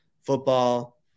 football